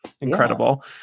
incredible